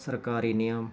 ਸਰਕਾਰੀ ਨਿਯਮ